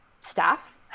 staff